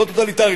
לא טוטליטרית,